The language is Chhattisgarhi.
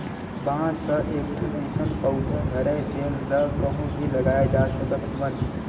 बांस ह एकठन अइसन पउधा हरय जेन ल कहूँ भी लगाए जा सकत हवन